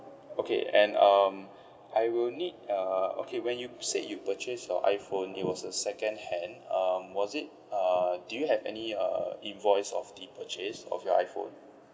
okay and um I will need a okay when you said you purchased your iPhone it was a secondhand um was it uh do you have any uh invoice of the purchase of your iPhone